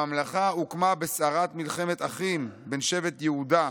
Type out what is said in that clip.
הממלכה הוקמה בסערת מלחמת אחים בין שבט יהודה,